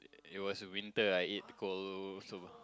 it was winter I eat cold soba